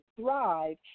thrive